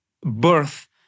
birth